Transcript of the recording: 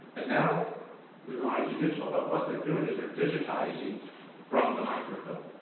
and now they're going to digital, but what they're doing is they're digitizing from the microfilm.